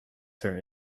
her